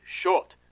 Short